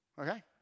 Okay